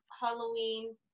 Halloween